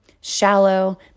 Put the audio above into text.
shallow